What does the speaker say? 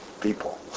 people